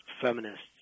feminists